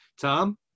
Tom